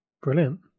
Brilliant